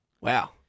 Wow